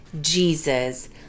Jesus